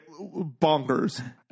bonkers